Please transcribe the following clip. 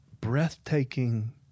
breathtaking